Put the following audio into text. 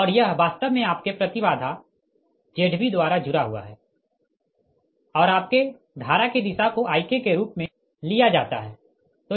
और यह वास्तव में आपके प्रति बाधा Zb द्वारा जुड़ा हुआ है और आपके धारा की दिशा को Ik के रूप में लिया जाता है